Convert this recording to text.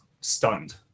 stunned